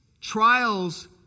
trials